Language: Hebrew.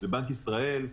לבנק ישראל.